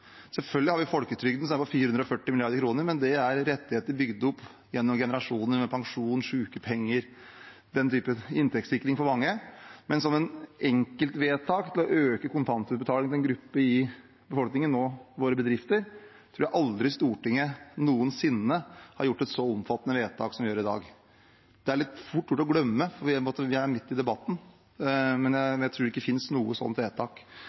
Selvfølgelig har vi folketrygden, som er på 440 mrd. kr, men det er rettigheter bygd opp gjennom generasjoner til pensjon, sykepenger og den typen inntektssikring for mange, men for å øke kontantutbetalingen til en gruppe i befolkningen, våre bedrifter, tror jeg Stortinget aldri noensinne har gjort et så omfattende enkeltvedtak som det vi gjør i dag. Det er det fort gjort å glemme når vi er midt i debatten, men jeg tror ikke det finnes noe slikt vedtak